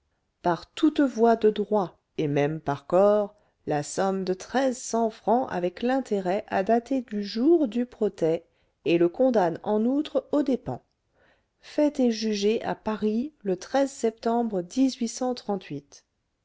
par toutes voies de droit et même par corps la somme de treize cents francs avec l'intérêt à dater du jour du protêt et le condamne en outre aux dépens fait et jugé à paris le septembre